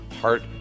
heart